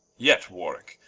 yet warwicke,